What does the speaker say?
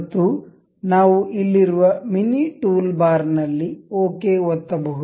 ಮತ್ತು ನಾವು ಇಲ್ಲಿರುವ ಮಿನಿ ಟೂಲ್ಬಾರ್ ನಲ್ಲಿ ಓಕೆ ಒತ್ತಬಹುದು